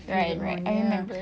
right right I remember